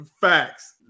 Facts